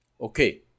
Okay